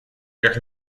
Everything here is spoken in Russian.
как